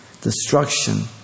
destruction